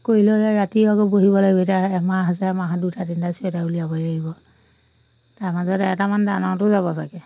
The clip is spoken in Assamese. কৰি লৈ ৰাতি আকৌ বহিব লাগিব এতিয়া এমাহ আছে এমাহত দুটা তিনিটা চুৱেটাৰ উলিয়াবই লাগিব তাৰ মাজত এটামান দানতো যাব চাগে